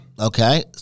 Okay